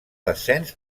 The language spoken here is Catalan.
descens